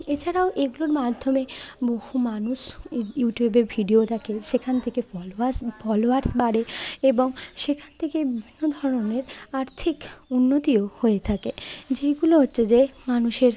এছাড়াও এগুলোর মাধ্যমে বহু মানুষ ইউটিউবে ভিডিও দেখে সেখান থেকে ফলোয়াস ফলোয়ারস বাড়ে এবং সেখান থকে বিভিন্ন ধরনের আর্থিক উন্নতিও হয়ে থাকে যেইগুলো হচ্ছে যে মানুষের